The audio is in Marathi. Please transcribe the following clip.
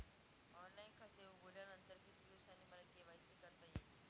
ऑनलाईन खाते उघडल्यानंतर किती दिवसांनी मला के.वाय.सी करता येईल?